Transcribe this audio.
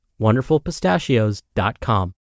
wonderfulpistachios.com